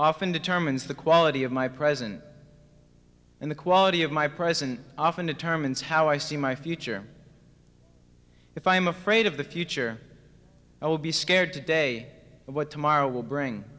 often determines the quality of my present and the quality of my present often determines how i see my future if i am afraid of the future i will be scared today of what tomorrow will bring